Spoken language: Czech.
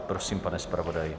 Prosím, pane zpravodaji.